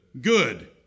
good